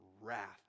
wrath